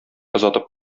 озатып